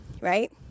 right